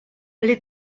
les